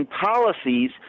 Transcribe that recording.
policies